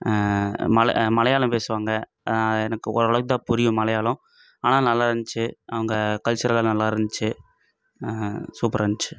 மல மலையாளம் பேசுவாங்க எனக்கு ஓரளவுக்கு தான் புரியும் மலையாளம் ஆனால் நல்லா இருந்துச்சு அவங்க கல்ச்சர் எல்லாம் நல்லா இருந்துச்சு சூப்பராக இருந்துச்சு